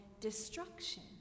destruction